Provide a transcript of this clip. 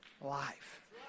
life